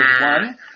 one